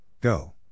Go